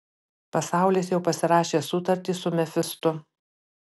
pasaulis jau pasirašė sutartį su mefistu